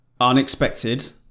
Unexpected